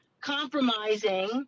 compromising